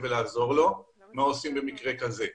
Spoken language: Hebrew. מרחוק ולעזור לו והשאלה היא מה עושים במקרה כזה.